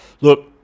look